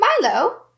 Milo